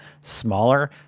smaller